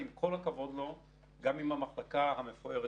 כלומר,